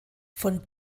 von